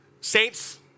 Saints